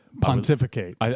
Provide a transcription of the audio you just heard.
pontificate